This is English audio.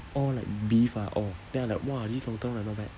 all like beef ah all then I like !wah! this lontong like not bad